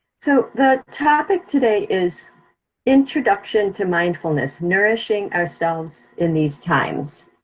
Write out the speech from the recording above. so the topic today is introduction to mindfulness, nourishing ourselves in these times.